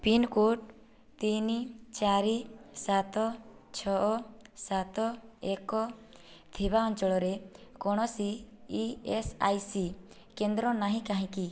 pincode ତିନି ଚାରି ସାତ ଛଅ ସାତ ଏକ ଥିବା ଅଞ୍ଚଳରେ କୌଣସି ଇ ଏସ୍ ଆଇ ସି କେନ୍ଦ୍ର ନାହିଁ କାହିଁକି